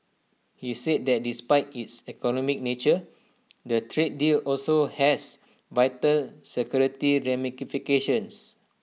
he said that despite its economic nature the trade deal also has vital security ramifications